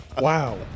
Wow